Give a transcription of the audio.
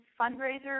fundraiser